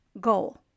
goal